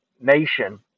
nation